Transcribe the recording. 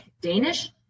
Danish